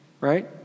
Right